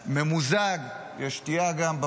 באולם ממוזג, יש גם שתייה בפרסה.